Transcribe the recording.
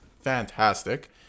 fantastic